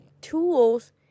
tools